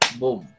boom